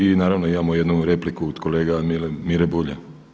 I naravno imamo jednu repliku od kolege Mire Bulj.